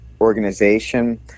organization